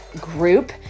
group